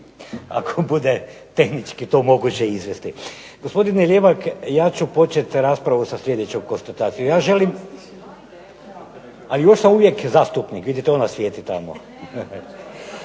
to bude tehnički moguće izvesti. Gospodine Ljevak ja ću početi raspravu sa sljedećom konstatacijom. Ja želim vjerovati da se više nikada neće desiti da